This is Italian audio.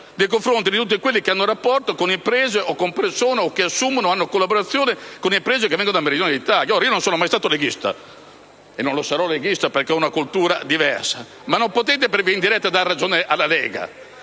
nei confronti di tutti quelli che hanno rapporti con imprese o che assumono persone o hanno collaborazioni con imprese provenienti dal Meridione d'Italia. Ora, io non sono mai stato leghista (e non lo sarò mai perché ho una cultura diversa), ma voi non potete per via indiretta dare ragione alla Lega: